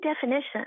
definition